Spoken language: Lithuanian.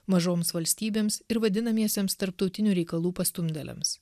mažoms valstybėms ir vadinamiesiems tarptautinių reikalų pastumdėliams